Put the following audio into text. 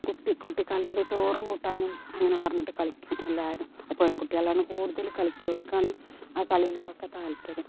കുട്ടി കുട്ടിക്കാലത്തൊക്കെ ചോറും കൂട്ടാനും അങ്ങനെ പറഞ്ഞിട്ട് കളിക്കും എല്ലാവരും അ പെൺ കുട്ടികളാണ് കൂടുതൽ കളിക്കുക ഓൽക്കാണ് ആ കളീനോടൊക്കെ താത്പര്യം